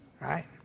right